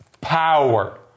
power